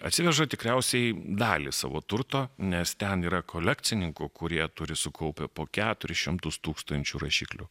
atsiveža tikriausiai dalį savo turto nes ten yra kolekcininkų kurie turi sukaupę po keturis šimtus tūkstančių rašiklių